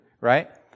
right